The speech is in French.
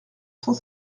cent